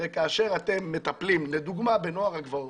הרי כשאתם מטפלים לדוגמה בנוער הגבעות,